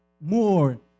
more